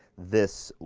this